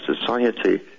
society